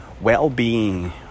well-being